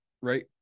right